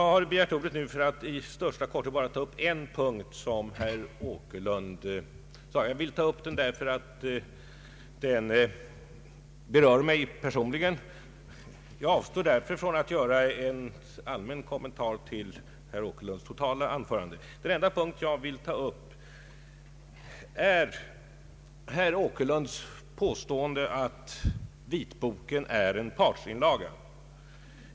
Jag har begärt ordet för att i största korthet bemöta herr Åkerlunds anförande på en punkt. Jag vill ta upp den, eftersom den berör mig personligen. Jag avstår alltså från att göra en allmän kommentar till hela herr Åkerlunds anförande. Den enda punkt jag vill ta upp är herr Åkerlunds påstående att vitboken är en partsinlaga.